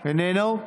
איננו,